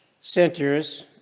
centers